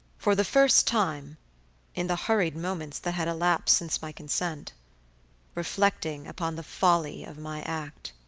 for the first time in the hurried moments that had elapsed since my consent reflecting upon the folly of my act.